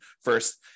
first